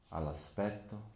All'aspetto